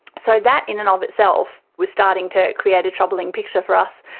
so that in and of itself was starting to create a troubling picture for us.